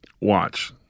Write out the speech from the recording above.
watch